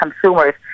consumers